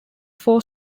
four